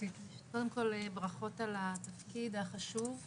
קודם כל ברכות על התפקיד החשוב.